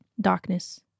darkness